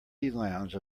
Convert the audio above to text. lounge